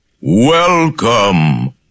welcome